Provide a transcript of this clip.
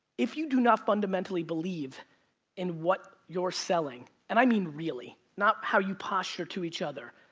if you do not fundamentally believe in what you're selling, and i mean really, not how you posture to each other,